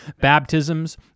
baptisms